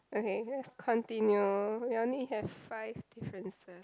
okay continue you only have five differences